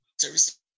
service